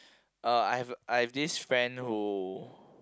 uh I have I have this friend who